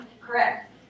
correct